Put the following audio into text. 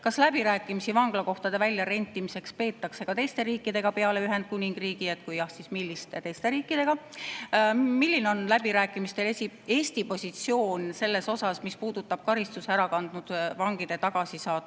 Kas läbirääkimisi vanglakohtade väljarentimiseks peetakse ka teiste riikidega peale Ühendkuningriigi, ja kui jah, siis milliste teiste riikidega? Milline on läbirääkimistel Eesti positsioon selles osas, mis puudutab karistuse ära kandnud vangide tagasisaatmist